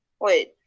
wait